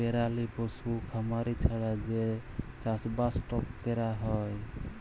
পেরালি পশু খামারি ছাড়া যে চাষবাসট ক্যরা হ্যয়